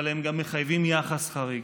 אבל הם גם מחייבים יחס חריג.